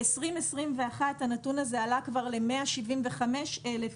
בשנת 2021 הנתון הזה עלה כבר ל-175 אלף